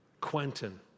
Quentin